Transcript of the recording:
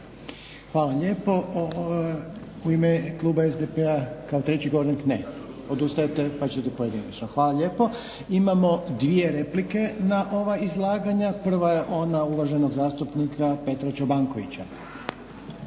Hvala lijepo. U ime kluba SDP-a kao treći govornik ne? Odustajete, pa ćete pojedinačno. Hvala lijepo. Imamo dvije replike na ova izlaganja. Prva je ona uvaženog zastupnika Petra Čobankovića.